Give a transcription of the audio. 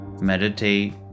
meditate